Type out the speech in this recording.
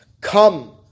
come